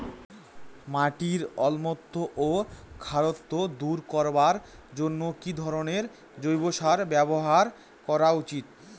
মাটির অম্লত্ব ও খারত্ব দূর করবার জন্য কি ধরণের জৈব সার ব্যাবহার করা উচিৎ?